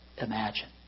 imagine